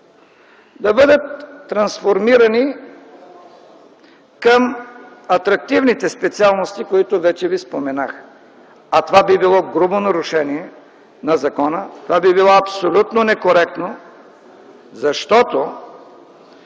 да бъдат трансформирани към атрактивните специалности, които вече ви споменах. А това би било грубо нарушение на закона, това би било абсолютно некоректно, защото